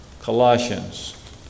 Colossians